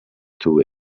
too